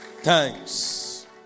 thanks